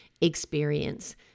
experience